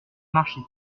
marcher